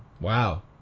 Wow